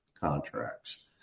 contracts